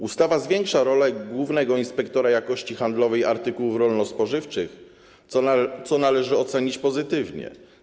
Ustawa zwiększa rolę głównego inspektora jakości handlowej artykułów rolno-spożywczych, co należy ocenić pozytywnie.